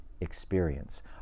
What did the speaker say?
experience